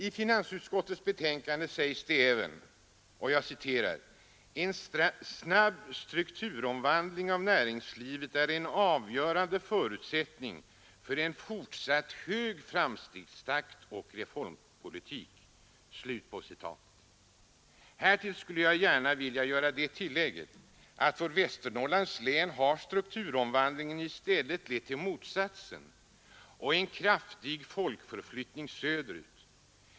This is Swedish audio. I finansutskottets betänkande sägs det även: ”En snabb strukturomvandling av näringslivet är en avgörande förutsättning för en fortsatt hög framstegstakt och reformpolitik.” Härtill skulle jag gärna vilja göra det tillägget att för Västernorrlands län har strukturomvandlingen i stället lett till motsatsen och en kraftig folkförflyttning söderut.